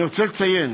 אני רוצה לציין: